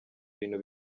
bintu